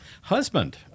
husband